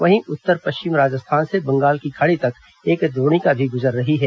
वहीं उत्तर पश्चिम राजस्थान से बंगाल की खाड़ी तक एक द्रोणिका भी गुजर रही है